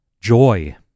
Joy